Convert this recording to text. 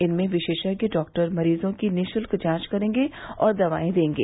इनमें विशेषज्ञ डॉक्टर मरीजों की निःशुल्क जांच करेंगे और दवाएं देंगे